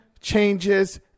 Changes